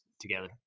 together